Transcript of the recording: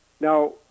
Now